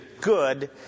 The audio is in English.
good